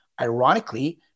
ironically